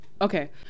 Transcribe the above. Okay